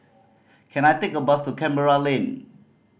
can I take a bus to Canberra Lane